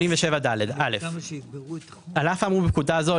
חישוב ההכנסה לבעל עסק זעיר 87ד. על אף האמור בפקודה זו,